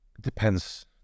Depends